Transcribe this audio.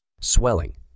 swelling